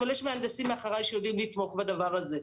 אבל יש מהנדסים מאחוריי שיודעים לתמוך בדבר הזה.